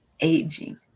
aging